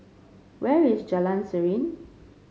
where is Jalan Serene